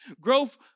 Growth